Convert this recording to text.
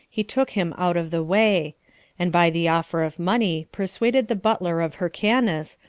he took him out of the way and by the offer of money, persuaded the butler of hyrcanus,